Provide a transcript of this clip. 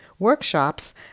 workshops